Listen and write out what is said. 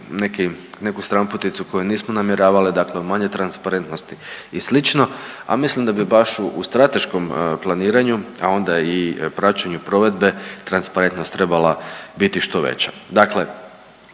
neku stranputicu koju nismo namjeravali, dakle manje transparentnosti i slično. A mislim da bi baš u strateškom planiranju, a onda i praćenju provedbe transparentnost trebala biti što veća.